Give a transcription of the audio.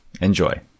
Enjoy